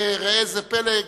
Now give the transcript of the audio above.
וראה איזה פלא,